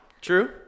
True